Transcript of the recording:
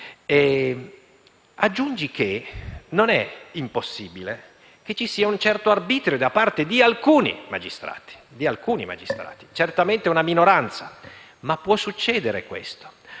Aggiungete che non è impossibile che ci sia un certo arbitrio da parte di alcuni magistrati; certamente una minoranza, ma può succedere.